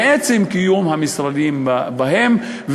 מעצם קיום המשרדים בהן,